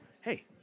Hey